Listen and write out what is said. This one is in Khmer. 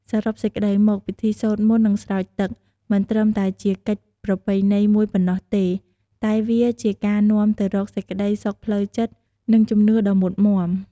សរុបសេចក្តីមក ពិធីសូត្រមន្ត និងស្រោចទឹក មិនត្រឹមតែជាកិច្ចប្រពៃណីមួយប៉ុណ្ណោះទេ តែវាជាការនាំទៅរកសេចក្តីសុខផ្លូវចិត្ត និងជំនឿដ៏មុតមាំ។